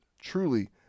Truly